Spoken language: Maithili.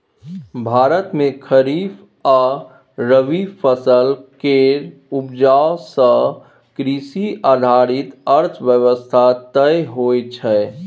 भारत मे खरीफ आ रबी फसल केर उपजा सँ कृषि आधारित अर्थव्यवस्था तय होइ छै